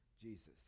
Jesus